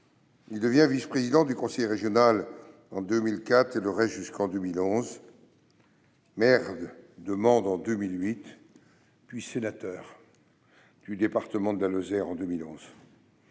il devient vice-président du conseil régional en 2004 et le reste jusqu'en 2011. Il est élu maire de Mende en 2008, puis sénateur du département de la Lozère en 2011.